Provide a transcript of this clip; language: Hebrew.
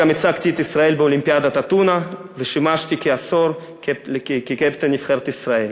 גם ייצגתי את ישראל באולימפיאדת אתונה ושימשתי כעשור כקפטן נבחרת ישראל.